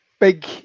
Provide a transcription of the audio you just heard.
big